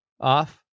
off